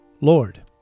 Lord